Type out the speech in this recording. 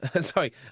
sorry